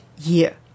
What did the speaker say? year